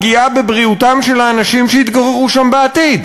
פגיעה בבריאותם של האנשים שיתגוררו שם בעתיד,